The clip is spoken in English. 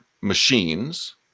machines